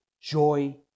joy